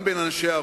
גם בין אנשי הרוח: